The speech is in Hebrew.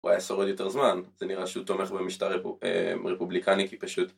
הוא היה שורד יותר זמן, זה נראה שהוא תומך במשטר רפובליקני כי פשוט...